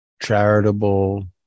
charitable